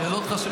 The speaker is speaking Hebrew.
שאלות חשובות,